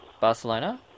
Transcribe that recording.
Barcelona